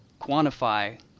quantify